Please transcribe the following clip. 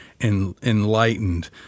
enlightened